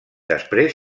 després